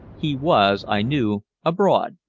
he was, i knew, abroad,